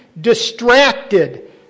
distracted